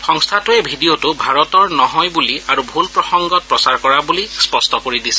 সংস্থাটোৱে ভিডিঅটো ভাৰতৰ নহয় বুলি আৰু ভুল প্ৰসংগত প্ৰচাৰ কৰা বুলি স্পষ্ট কৰি দিছে